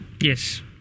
Yes